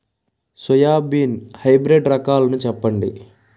Soybean hybrid రకాలను చెప్పండి?